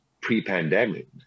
pre-pandemic